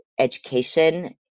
education